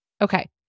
Okay